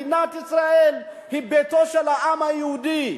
מדינת ישראל היא ביתו של העם היהודי.